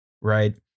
right